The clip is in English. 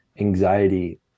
anxiety